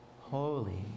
holy